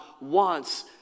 wants